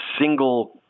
single-